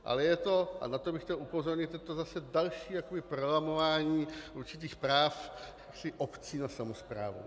Ale je to a na to bych chtěl upozornit zase další jakoby prolamování určitých práv obcí na samosprávu.